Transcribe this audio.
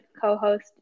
co-host